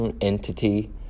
entity